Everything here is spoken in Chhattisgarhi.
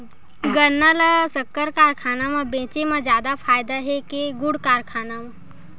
गन्ना ल शक्कर कारखाना म बेचे म जादा फ़ायदा हे के गुण कारखाना म?